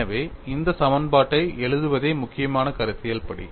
எனவே இந்த சமன்பாட்டை எழுதுவதே முக்கியமான கருத்தியல் படி